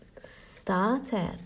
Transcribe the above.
started